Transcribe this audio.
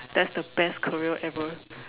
that's the best career ever